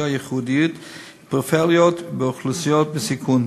ייחודיות ופריפריאליות ואוכלוסיות בסיכון.